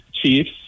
Chiefs